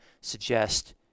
suggest